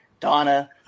Donna